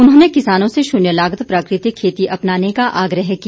उन्होंने किसानों से शून्य लागत प्राकृतिक खेती अपनाने का आग्रह किया